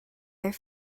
their